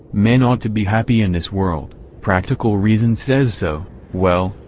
man ought to be happy in this world practical reason says so well,